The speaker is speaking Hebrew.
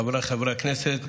חבריי חברי הכנסת,